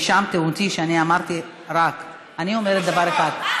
האשמתם אותי שאמרתי "רק"; אני אומרת דבר אחד,